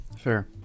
Sure